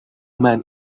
man